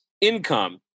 Income